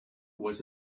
was